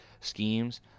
schemes